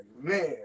man